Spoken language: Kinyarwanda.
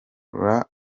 rero